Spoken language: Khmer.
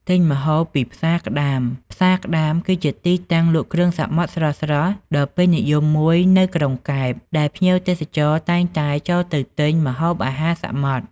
ទិញម្ហូបពីផ្សារក្ដាម ផ្សារក្ដាមគឺជាទីតាំងលក់គ្រឿងសមុទ្រស្រស់ៗដ៏ពេញនិយមមួយនៅក្រុងកែប ដែលភ្ញៀវទេសចរច្រើនតែងតែចូលទៅទិញម្ហូបអាហារសមុទ្រ។